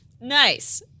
Nice